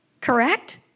Correct